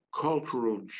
cultural